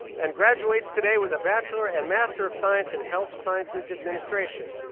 and graduates today with a bachelor and master of science in health sciences administration.